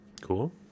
Cool